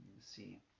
see